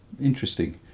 interesting